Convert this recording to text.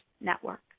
Network